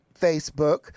Facebook